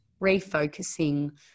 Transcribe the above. refocusing